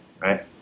Right